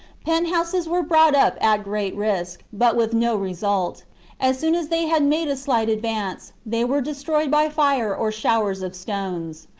penthouses were brought up at great risk, but with no result as soon as they had made a slight advance, they were destroyed by fire or showers of stones.